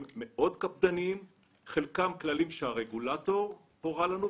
מאוד קפדניים - חלקם כללים שהרגולטור הורה לנו,